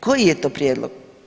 Koji je to prijedlog?